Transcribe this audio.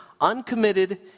Uncommitted